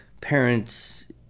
parents